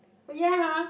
oh ya !huh!